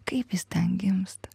kaip jis ten gimsta